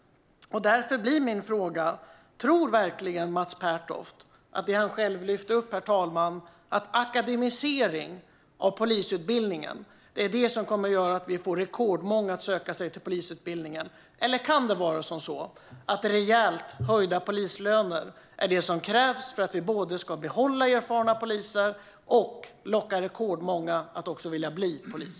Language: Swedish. Därför undrar jag: Tror verkligen Mats Pertoft att akademisering av polisutbildningen, herr talman, är vad som kommer att få rekordmånga att söka sig till polisutbildningen? Eller kan det vara så att rejält höjda polislöner är vad som krävs för att vi både kan behålla erfarna poliser och kan locka rekordmånga att vilja bli polis?